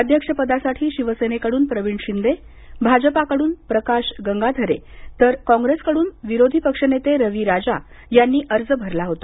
अध्यक्षपदासाठी शिवसेनेकडून प्रवीण शिंदे भाजपाकडून प्रकाश गंगाधरे तर काँग्रेसकडून विरोधी पक्ष नेते रवी राजा यांनी अर्ज भरला होता